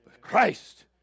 Christ